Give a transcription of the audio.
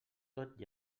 tot